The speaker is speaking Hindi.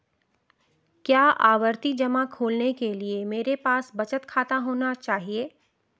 क्या आवर्ती जमा खोलने के लिए मेरे पास बचत खाता होना चाहिए?